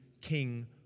King